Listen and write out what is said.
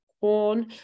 corn